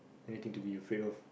everything to be afraid of